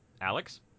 Alex